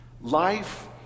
Life